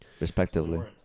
respectively